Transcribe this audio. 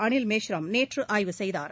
அனில் மேஷ்ராம் நேற்று ஆய்வு செய்தார்